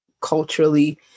culturally